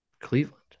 Cleveland